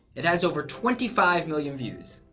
it has over twenty five million views.